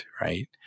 right